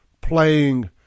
playing